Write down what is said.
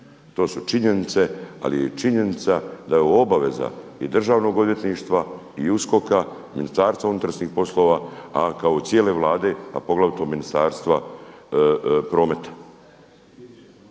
To su činjenice, ali je činjenica da je ovo obaveza i Državnog odvjetništva i USKOK-a, MUP-a, a kao cijele Vlade a poglavito Ministarstva prometa.